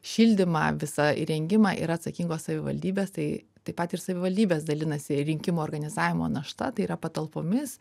šildymą visą įrengimą yra atsakingos savivaldybės tai taip pat ir savivaldybės dalinasi rinkimų organizavimo našta tai yra patalpomis